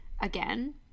again